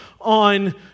on